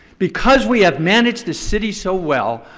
because we have managed the city so well,